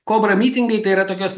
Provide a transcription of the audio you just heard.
kobra mitingai tai yra tokios